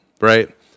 right